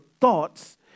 thoughts